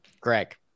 greg